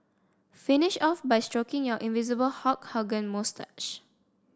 finish off by stroking your invisible Hulk Hogan moustache